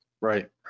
Right